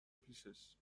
پیشش